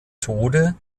tode